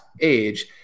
age